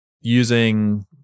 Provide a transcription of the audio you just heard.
using